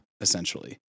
essentially